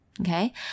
Okay